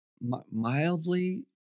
mildly